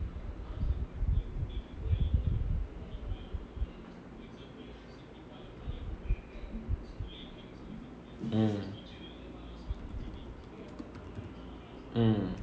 என்:en